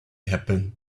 happen